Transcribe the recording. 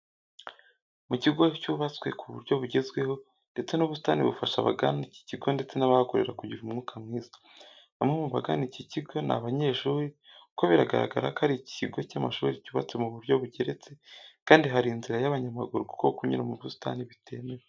Mu kigo cyubatswe ku buryo bugezweho, ndetse n'ubusitani bufasha abagana iki kigo ndetse n'abahakorera kugira umwuka mwiza. Bamwe mu bagana iki kigo ni abanyeshuri kuko biragaragara ko ari ikigo cy'amashuri cyubatse mu buryo bugeretse kandi hari inzira y'abanyamaguru kuko kunyura mu busitani bitemewe.